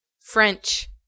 French